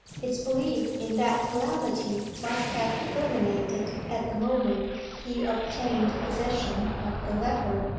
his belief in that calamity must have terminated at the moment he obtained possession of the letter,